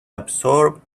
absorbed